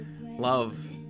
Love